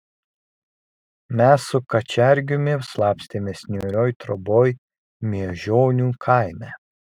mes su kačergiumi slapstėmės niūrioj troboj miežionių kaime